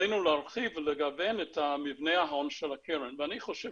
עלינו להרחיב ולגוון את מבנה ההון של הקרן ואני חושב